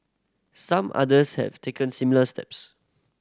some others have taken similar steps